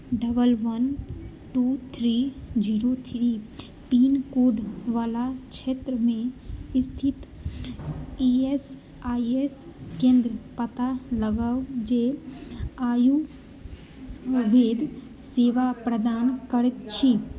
एक एक दू तीन शुन्य तीन पिन कोड वला क्षेत्रमे स्थित ई एस आई सी केंद्रक पता लगाउ जे आयुर्वेद सेवा प्रदान करैत अछि